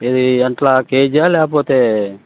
ఏది ఎట్లా కేజీయా లేకపోతే